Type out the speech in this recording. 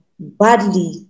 Badly